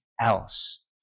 else